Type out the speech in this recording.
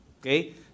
okay